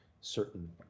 certain